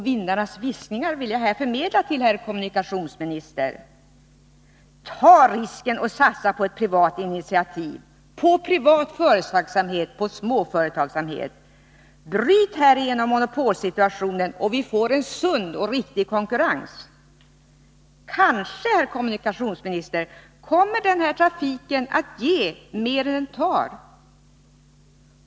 Vindarnas viskningar vill jag här förmedla till herr kommunikationsministern. Ta risken att satsa på ett privat initiativ, på privat företagsamhet, på småföretagsamhet! Bryt härigenom monopolsituationen, och vi får en sund och riktig konkurrens. Kanske, herr kommunikationsminister, kommer den här trafiken att ge mer än den tar.